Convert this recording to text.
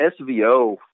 SVO